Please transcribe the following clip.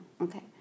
okay